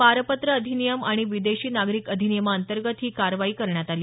पारपत्र अधिनियम आणि विदेशी नागरिक अधिनियमा अंतर्गत ही कारवाई करण्यात आली